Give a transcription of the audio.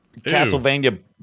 Castlevania